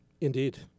Indeed